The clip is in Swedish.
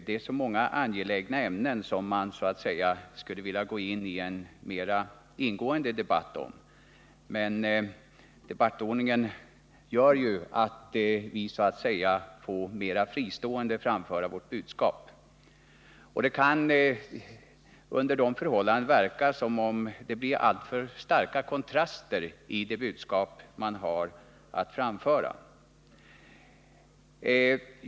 Det finns många angelägna ämnen där det skulle vara lockande att gå in i en mera ingående debatt, men debattordningen gör att vi mera var och en för sig får framföra vårt budskap. Det kan under de förhållandena kännas som om det blir alltför starka kontraster mellan de budskap som framförs.